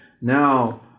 now